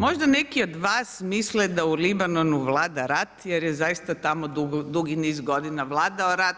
Možda neki od vas misle da u Libanonu vlada rat jer je zaista tamo dugi niz godina vladao rat